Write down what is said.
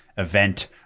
event